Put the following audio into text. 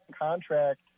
contract